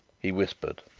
he whispered.